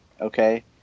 okay